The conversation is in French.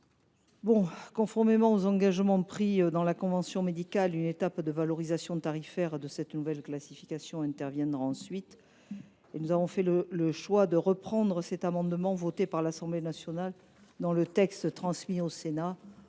HCN. Conformément aux engagements pris dans la convention médicale, une étape de valorisation tarifaire de cette nouvelle classification interviendra par la suite. Nous avons fait le choix de reprendre cet amendement, voté par l’Assemblée nationale, dans le texte transmis au Sénat.